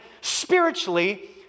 spiritually